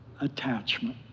attachment